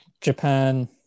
Japan